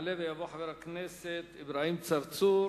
יעלה ויבוא חבר הכנסת אברהים צרצור,